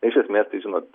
iš esmės tai žinot